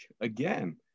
Again